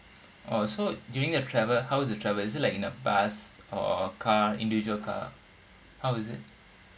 oh so during the travel how is the travel is it like in a bus or a car individual car how is it